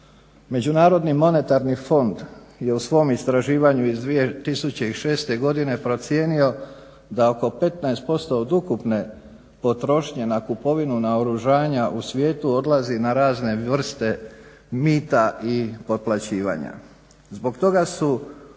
sudionik posla. MMF je u svom istraživanju iz 2006. godine procijenio da oko 15% od ukupne potrošnje na kupovinu naoružanja u svijetu odlazi na razne vrste mita i potplaćivanja. Zbog toga su brojne